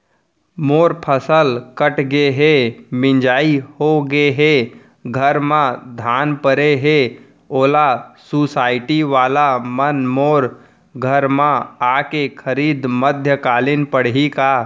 मोर फसल कट गे हे, मिंजाई हो गे हे, घर में धान परे हे, ओला सुसायटी वाला मन मोर घर म आके खरीद मध्यकालीन पड़ही का?